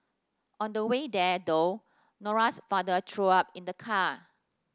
on the way there though Nora's father threw up in the car